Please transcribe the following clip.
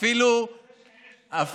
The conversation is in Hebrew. גנץ גם ליו"ר ועדת חינוך.